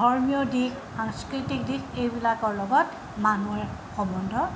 ধৰ্মীয় দিশ সাংস্কৃতিক দিশ এইবিলাকৰ লগত মানুহে সম্বন্ধ